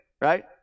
Right